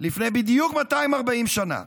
לפני בדיוק 240 שנה,